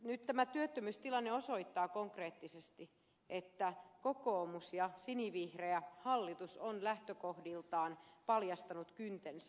nyt tämä työttömyystilanne osoittaa konkreettisesti että kokoomus ja sinivihreä hallitus on lähtökohdiltaan paljastanut kyntensä